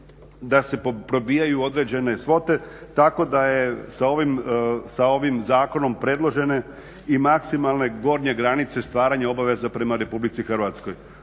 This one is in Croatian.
da se probijaju određene svote tako da je sa ovim zakonom predložene i maksimalne gornje granice stvaranja obaveza prema RH. Ovdje